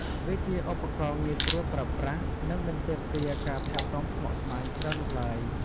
វាជាឧបករណ៍ងាយស្រួលប្រើប្រាស់ និងមិនទាមទារការថែទាំស្មុគស្មាញច្រើននោះឡើយ។